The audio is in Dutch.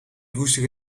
roestige